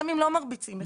גם אם לא מרביצים לך.